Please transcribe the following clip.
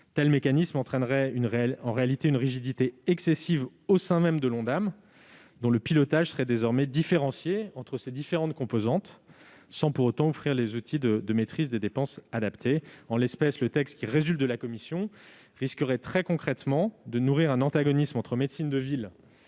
tel mécanisme entraînerait en réalité une rigidité excessive au sein même de l'Ondam, dont le pilotage serait désormais différencié entre ses différentes composantes, sans pour autant offrir les outils de maîtrise des dépenses adaptés. Concrètement, le texte, tel qu'il résulte des travaux de la commission, risquerait de nourrir un antagonisme entre médecine de ville